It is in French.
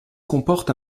comporte